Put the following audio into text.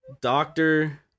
Doctor